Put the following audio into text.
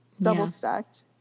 double-stacked